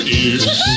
ears